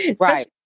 Right